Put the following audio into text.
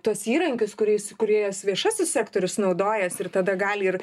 tuos įrankius kuriais su kuriais viešasis sektorius naudojasi ir tada gali ir